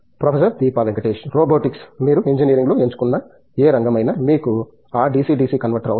professor Deepa Venkatesh robotics మీరు engineering లో ఎంచుకునే ఏ రంగం అయినా మీకు ఆ DC DC కన్వర్టర్ అవసరం